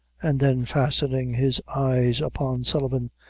and then fastening his eyes upon sullivan,